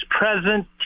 present